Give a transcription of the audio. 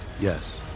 Yes